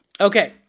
Okay